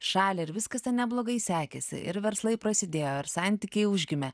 šalį ir viskas ten neblogai sekėsi ir verslai prasidėjo ir santykiai užgimė